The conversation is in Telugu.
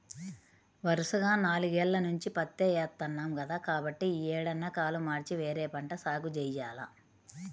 వరసగా నాలుగేల్ల నుంచి పత్తే ఏత్తన్నాం కదా, కాబట్టి యీ ఏడన్నా కాలు మార్చి వేరే పంట సాగు జెయ్యాల